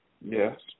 Yes